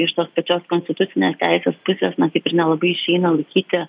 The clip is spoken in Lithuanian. iš tos pačios konstitucinės teisės pusės na kaip ir nelabai išeina laikyti